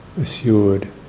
assured